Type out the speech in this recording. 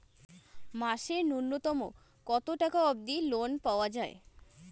মাসে নূন্যতম কতো টাকা অব্দি লোন পাওয়া যায়?